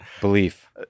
belief